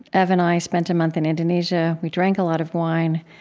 ev and i spent a month in indonesia. we drank a lot of wine,